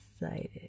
excited